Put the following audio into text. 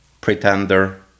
Pretender